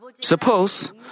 Suppose